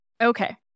Okay